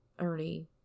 Ernie